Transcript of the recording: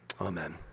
Amen